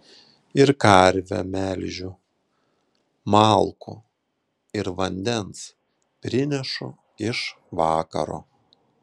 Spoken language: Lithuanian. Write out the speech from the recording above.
ir karvę melžiu malkų ir vandens prinešu iš vakaro